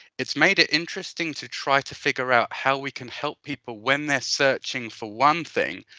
it's made it interesting to try to figure out how we can help people when they are searching for one thing,